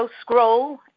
scroll